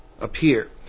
appear